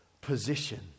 Position